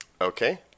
Okay